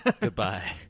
Goodbye